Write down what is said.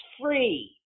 free